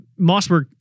Mossberg